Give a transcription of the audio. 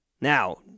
Now